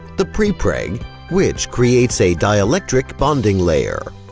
the prepreg which creates a dialectric bonding layer,